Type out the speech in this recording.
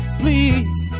please